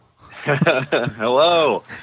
Hello